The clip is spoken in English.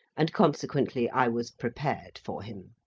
and consequently i was prepared for him.